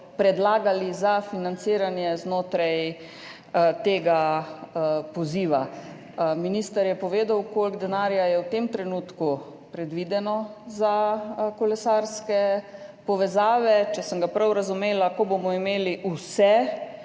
predlagali za financiranje znotraj tega poziva. Minister je povedal, koliko denarja je v tem trenutku predvidenega za kolesarske povezave. Če sem ga prav razumela, ko bomo imeli vse